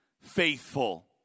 faithful